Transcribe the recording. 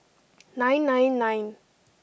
nine nine nine